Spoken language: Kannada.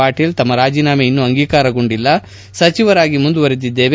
ಪಾಟೀಲ್ ತಮ್ಮ ರಾಜೀನಾಮೆ ಇನ್ನೂ ಅಂಗೀಕಾರಗೊಂಡಿಲ್ಲ ಸಚಿವರಾಗಿ ಮುಂದುವರೆದಿದ್ದಿವೆ